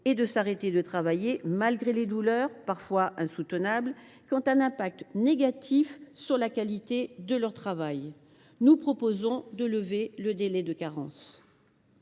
et de s’arrêter de travailler, malgré les douleurs, parfois insoutenables, qui ont un impact négatif sur la qualité de leur travail. C’est pourquoi nous proposons de supprimer le délai de carence.